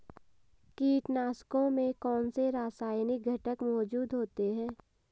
कीटनाशकों में कौनसे रासायनिक घटक मौजूद होते हैं?